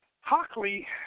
Hockley